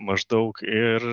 maždaug ir